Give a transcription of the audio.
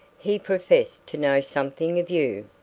he professed to know something of you.